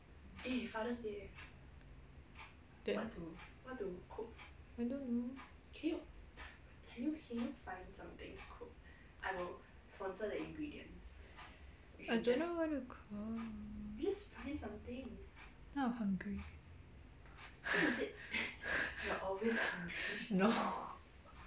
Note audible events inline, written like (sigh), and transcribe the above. then I don't know I don't know what to cook now I'm hungry (breath) no (breath)